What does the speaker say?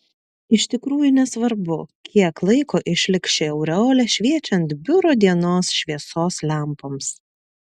iš tikrųjų nesvarbu kiek laiko išliks ši aureolė šviečiant biuro dienos šviesos lempoms